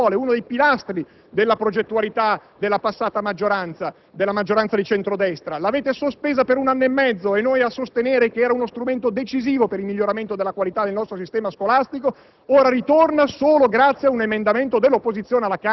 Poi, ancora, c'è il discorso delle valutazioni. La valutazione delle scuole, uno dei pilastri della progettualità della passata maggioranza di centro-destra: l'avete sospesa per un anno e mezzo, e noi a sostenere che era uno strumento decisivo per il miglioramento della qualità del nostro sistema scolastico;